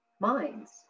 minds